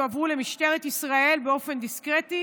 יועברו למשטרת ישראל באופן דיסקרטי,